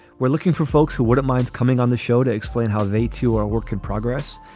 we're looking for folks who wouldn't mind coming on the show to explain how they, too, are work in progress.